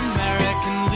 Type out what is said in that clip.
American